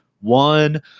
one